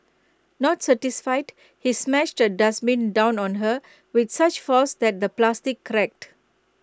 not satisfied he smashed A dustbin down on her with such force that the plastic cracked